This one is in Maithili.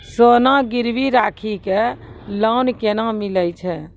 सोना गिरवी राखी कऽ लोन केना मिलै छै?